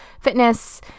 fitness